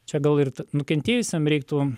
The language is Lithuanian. čia gal ir nukentėjusiam reiktų